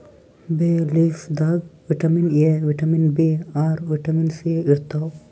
ಬೇ ಲೀಫ್ ದಾಗ್ vitamin A, vitamin B ಆರ್, ವಿಟಮಿನ್ ಸಿ ಇರ್ತವ್